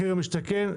מחיר למשתכן,